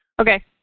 okay